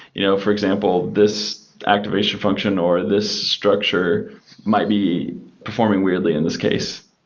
you know for example, this activation function or this structure might be performing weirdly in this case.